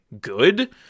good